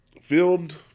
filmed